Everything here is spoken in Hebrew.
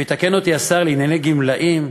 ויתקן אותי השר לענייני גמלאים,